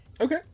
Okay